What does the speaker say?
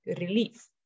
relief